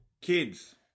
Kids